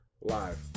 live